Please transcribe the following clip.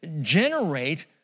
generate